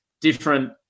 different